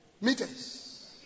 meters